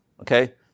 okay